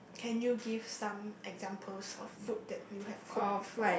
can you give some examples of food that you have cooked before